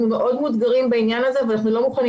אנחנו מאוד מאותגרים בעניין הזה ואנחנו לא מוכנים